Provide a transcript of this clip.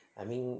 I mean